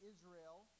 Israel